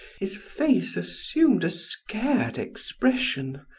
his face assumed a scared expression.